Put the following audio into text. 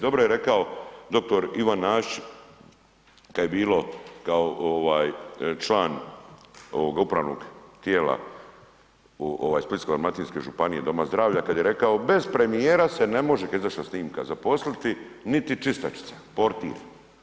Dobro je rekao dr. Ivan Nasić kad je bilo kao ovaj član ovoga upravnog tijela Splitsko-dalmatinske županije doma zdravlja, kad je rekao bez premijera se ne može, kad je izašla snimka, zaposliti niti čistačica, portir.